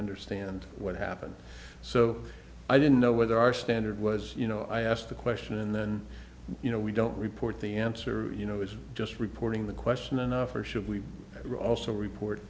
understand what happened so i didn't know whether our standard was you know i asked the question and you know we don't report the answer you know it's just reporting the question enough or should we also report